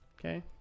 Okay